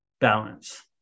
balance